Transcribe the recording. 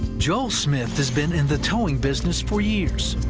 joel smith has been in the towing business for years.